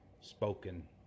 spoken